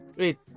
wait